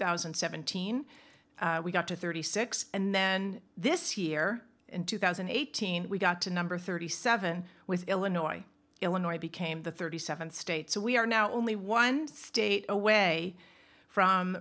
thousand and seventeen we got to thirty six and then this year in two thousand and eighteen we got to number thirty seven with illinois illinois became the thirty seventh state so we are now only one state away from